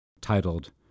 titled